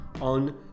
on